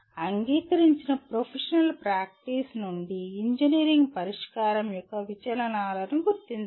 అంగీకరించిన professional practice నుండి engineering పరిష్కారం యొక్క విచలనాలను గుర్తించండి